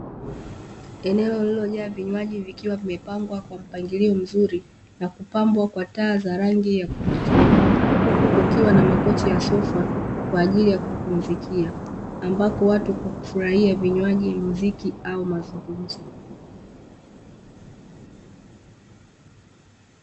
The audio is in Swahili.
Eneo lilojaa vinywaji vikiwa vimepangwa kwa mpangilio mzuri na kupambwa kwa taa za rangi ya kuvutia, huku kukiwa na makochi ya sofa kwa ajili ya kupumzikia ambako watu kufurahia vinywaji, muziki au mazungumzo.